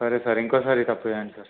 సరే సార్ ఇంకోసారి ఈ తప్పు చెయ్యను సార్